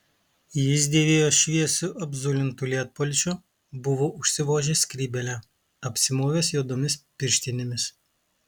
jis dėvėjo šviesiu apzulintu lietpalčiu buvo užsivožęs skrybėlę apsimovęs juodomis pirštinėmis